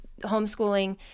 homeschooling